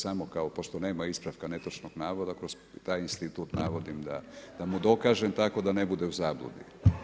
Samo kao, pošto nema ispravka netočnog navoda, taj institut navodi da mu dokažem, tako da ne bude u zabludi.